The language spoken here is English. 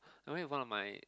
I went with one of my